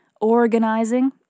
organizing